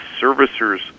servicers